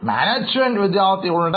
management വിദ്യാർത്ഥികളുണ്ട്